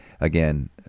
again